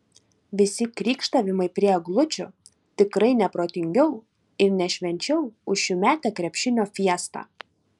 visi krykštavimai prie eglučių tikrai ne protingiau ir ne švenčiau už šiųmetę krepšinio fiestą